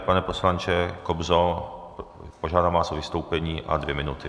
Pane poslanče Kobzo, požádám vás o vystoupení a dvě minuty.